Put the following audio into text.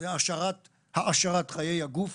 זה העשרת חיי הגוף